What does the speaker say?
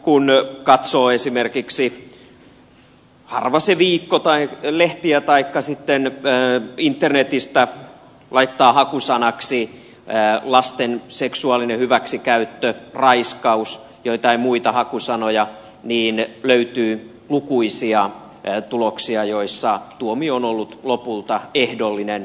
kun katsoo harva se viikko esimerkiksi lehtiä taikka sitten internetiin laittaa hakusanaksi lasten seksuaalinen hyväksikäyttö raiskaus joitain muita hakusanoja niin löytyy lukuisia tuloksia joissa tuomio on ollut lopulta ehdollinen